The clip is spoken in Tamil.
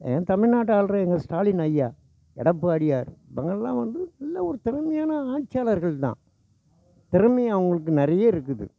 என் தமிழ்நாட்டை ஆள்கிற எங்கள் ஸ்டாலின் ஐயா எடப்பாடியார் இவங்கள்லாம் வந்து நல்ல ஒரு திறமையான ஆட்சியாளர்கள் தான் திறமை அவங்களுக்கு நிறைய இருக்குது